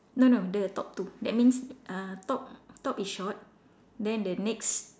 no no the top two that means uh top top is short then the next